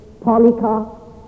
Polycarp